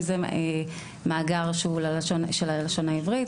אם זה מאגר של הלשון העברית,